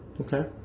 Okay